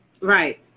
Right